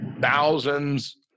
thousands